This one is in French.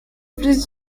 plus